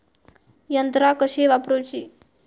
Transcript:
यंत्रा कशी वापरूची?